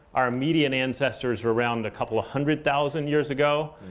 our immediate ancestors were around a couple of hundred thousand years ago.